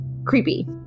creepy